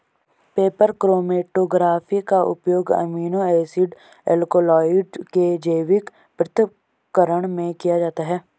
paper chromatography का उपयोग amino acid alkaloid के जैविक पृथक्करण में किया जाता है